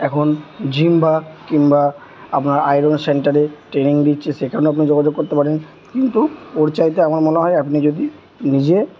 এখন জিম বা কিংবা আপনার আয়রন সেন্টারে ট্রেনিং দিচ্ছে সেখানেও আপনি যোগাযোগ করতে পারেন কিন্তু ওর চাইতে আমার মনে হয় আপনি যদি নিজে